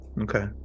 Okay